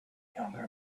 younger